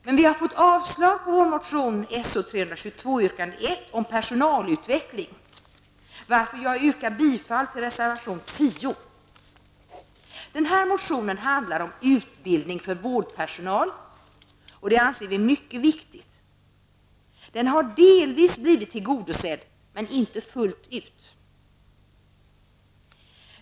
Men vi har fått avslag på vår motion So322, yrkande 1 om personalutveckling, varför jag yrkar bifall till reservation 10. Den sistnämnda motionen handlar om utbildning för vårdpersonal. Vi anser att det är mycket viktigt. Den har delvis blivit tillgodosedd, men inte fullt ut.